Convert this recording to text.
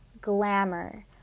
glamour